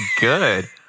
good